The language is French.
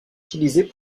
utilisées